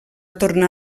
tornar